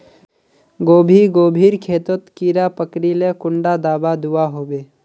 गोभी गोभिर खेतोत कीड़ा पकरिले कुंडा दाबा दुआहोबे?